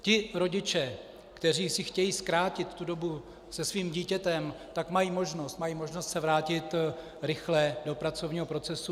Ti rodiče, kteří si chtějí zkrátit tu dobu se svým dítětem, mají možnost, mají možnost se vrátit rychle do pracovního procesu.